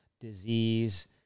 disease